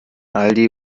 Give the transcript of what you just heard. aldi